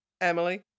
Emily